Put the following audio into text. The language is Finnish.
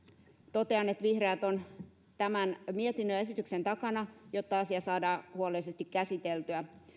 totean että vihreät ovat tämän mietinnön ja esityksen takana jotta asia saadaan huolellisesti käsiteltyä